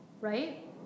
right